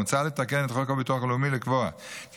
מוצע לתקן את חוק הביטוח הלאומי ולקבוע כי